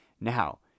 Now